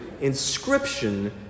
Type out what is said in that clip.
Inscription